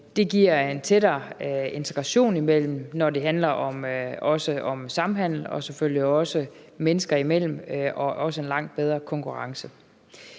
Det giver en tættere integration, også når det handler om samhandel og selvfølgelig også mennesker imellem og også en langt bedre konkurrence.